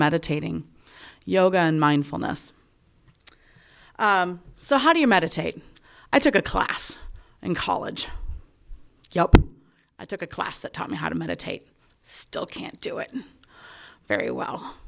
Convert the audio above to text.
meditating yoga and mindfulness so how do you meditate i took a class in college i took a class that taught me how to meditate still can't do it very well